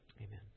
Amen